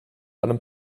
allem